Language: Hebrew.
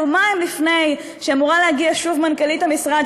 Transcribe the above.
יומיים לפני שאמורה להגיע שוב מנכ"לית המשרד